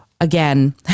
again